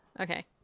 Okay